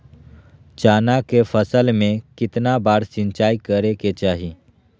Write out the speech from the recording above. चना के फसल में कितना बार सिंचाई करें के चाहि?